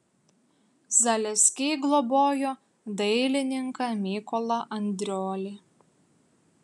zaleskiai globojo dailininką mykolą andriolį